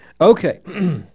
Okay